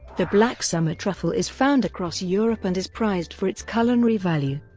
the black summer truffle is found across europe and is prized for its culinary value.